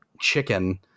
chicken